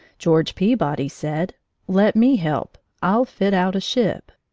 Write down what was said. george peabody said let me help i'll fit out a ship,